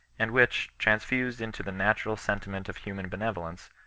and which, transfused into the natural sentiment of human henevolence,